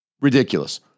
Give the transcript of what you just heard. Ridiculous